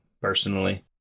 personally